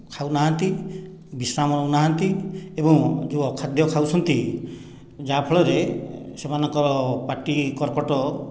ଖାଉନାହାନ୍ତି ବିଶ୍ରାମ ନେଉନାହାନ୍ତି ଏବଂ ଯେଉଁ ଅଖାଦ୍ୟ ଖାଉଛନ୍ତି ଯାହା ଫଳରେ ସେମାନଙ୍କର ପାଟି କର୍କଟ